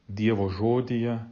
dievo žodyje